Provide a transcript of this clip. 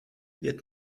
wird